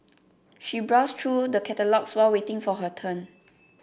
she browsed through the catalogues while waiting for her turn